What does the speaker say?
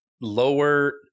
lower